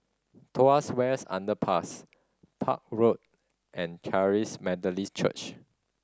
Tuas West Underpass Park Road and Charis Methodist Church